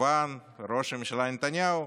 כמובן ראש הממשלה נתניהו,